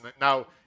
now